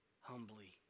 humbly